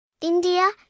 India